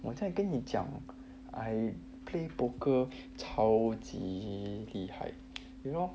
我再跟你讲 I play poker 超级厉害 you know